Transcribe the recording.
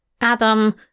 Adam